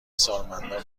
سالمندان